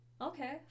Okay